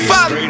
Fuck